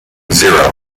zero